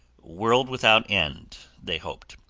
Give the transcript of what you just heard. world without end, they hoped.